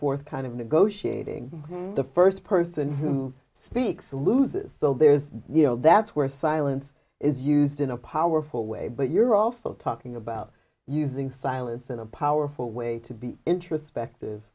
forth kind of negotiating the first person who speaks loses so there is you know that's where silence is used in a powerful way but you're also talking about using silence in a powerful way to be introspect